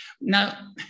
Now